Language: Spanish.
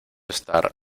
estar